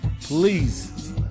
please